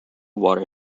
water